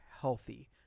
healthy